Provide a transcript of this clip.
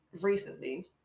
recently